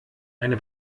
eine